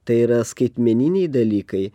tai yra skaitmeniniai dalykai